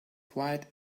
quite